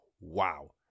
Wow